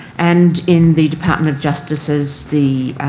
and in the department of justice as the